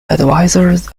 advisors